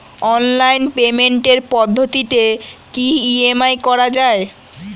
Online পেমেন্টের পদ্ধতিতে কি ই.এম.আই করা যায়?